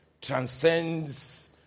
Transcends